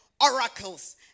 oracles